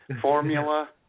formula